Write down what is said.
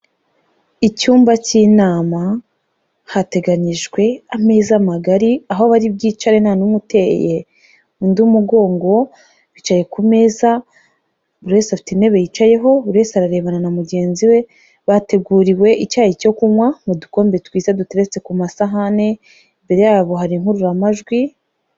Icyumba cy'inama, hateganyijwe ameza magari aho bari bwicare nta n'umwe uteye undi umugongo, bicaye ku meza buri wese afite intebe yicayeho, buri wese ararebana na mugenzi we, bateguriwe icyayi cyo kunywa mu dukombe twiza duteretse ku masahani, imbere yabo hari inkururamajwi.